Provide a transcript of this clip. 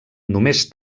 només